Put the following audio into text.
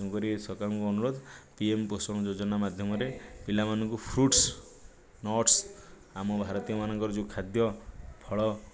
ତେଣୁକରି ଏ ସରକାରଙ୍କୁ ଅନୁରୋଧ ପି ଏମ୍ ପୋଷଣ ଯୋଜନା ମାଧ୍ୟମରେ ପିଲାମାନଙ୍କୁ ଫ୍ରୁଟସ୍ ନଟସ୍ ଆମ ଭାରତୀୟମାନଙ୍କର ଯେଉଁ ଖାଦ୍ୟ ଫଳ